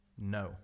No